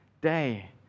day